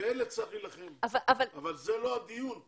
באלה צריך להילחם, אבל זה לא הדיון פה.